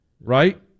right